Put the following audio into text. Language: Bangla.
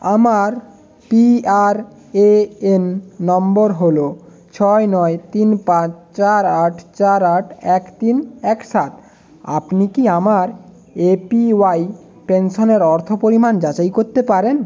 আমার পিআরএএন নম্বর হল ছয় নয় তিন পাঁচ চার আট চার আট এক তিন এক সাত আপনি কি আমার এপিওয়াই পেনশনের অর্থ পরিমাণ যাচাই করতে পারেন